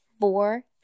four